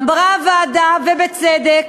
אמרה הוועדה, ובצדק,